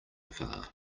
far